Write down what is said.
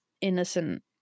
innocent